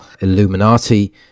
illuminati